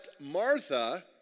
Martha